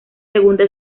segunda